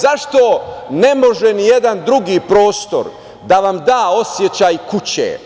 Zašto ne može ni jedan drugi prostor da vam da osećaj kuće?